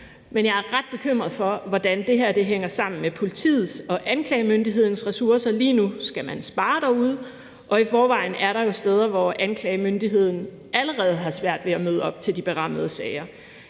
men jeg er ret bekymret for, hvordan det her hænger sammen med politiets og anklagemyndighedens ressourcer. Lige nu skal man spare derude, og i forvejen er der jo steder, hvor anklagemyndigheden allerede har svært ved at møde op til de berammede sager.